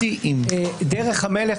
דרך המלך,